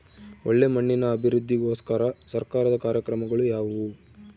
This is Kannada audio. ಒಳ್ಳೆ ಮಣ್ಣಿನ ಅಭಿವೃದ್ಧಿಗೋಸ್ಕರ ಸರ್ಕಾರದ ಕಾರ್ಯಕ್ರಮಗಳು ಯಾವುವು?